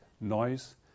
noise